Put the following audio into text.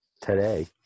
Today